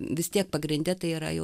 vis tiek pagrinde tai yra jau